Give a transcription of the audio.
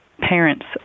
parents